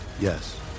Yes